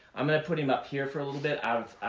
i'm going to put him up here for a little bit.